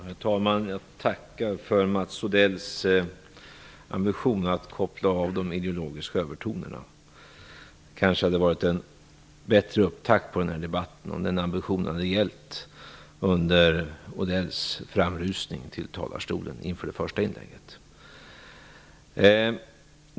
Herr talman! Jag tackar för Mats Odells ambition att koppla bort de ideologiska övertonerna. Det hade kanske varit en bättre upptakt på den här debatten om den ambitionen hade gällt under Mats Odells framrusning till talarstolen inför det första inlägget.